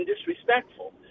disrespectful